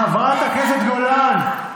חברת הכנסת גולן,